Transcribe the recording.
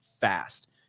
fast